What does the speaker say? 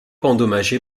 endommagé